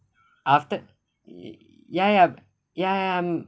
after ya ya ya ya I'm